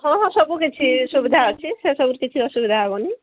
ହଁ ହଁ ସବୁ କିଛି ସୁବିଧା ଅଛି ସେ ସବୁର କିଛି ଅସୁବିଧା ହେବନି